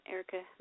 Erica